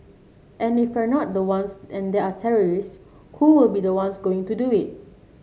and if we're not the ones and there are terrorist who will be the ones going to do it